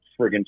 friggin